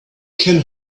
can